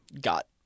got